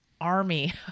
army